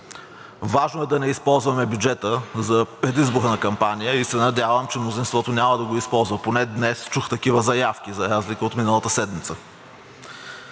Важно е да не използваме бюджета за предизборна кампания и се надявам, че мнозинството няма да го използва – поне днес чух такива заявки, за разлика от миналата седмица.